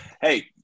Hey